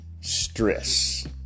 stress